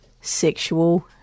Sexual